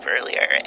earlier